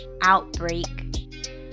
outbreak